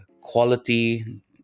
quality